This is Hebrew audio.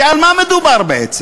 כי על מה מדובר בעצם?